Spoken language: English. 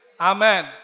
Amen